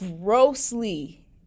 grossly